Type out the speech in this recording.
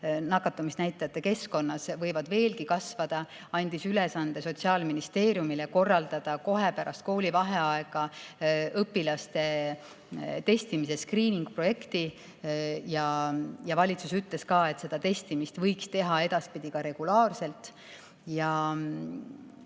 nakatumisnäitajate keskkonnas võivad veelgi kasvada, Sotsiaalministeeriumile ülesande korraldada kohe pärast koolivaheaega õpilaste testimise skriiningu projekt. Ja valitsus ütles ka, et seda testimist võiks teha edaspidi regulaarselt. Ma